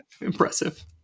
Impressive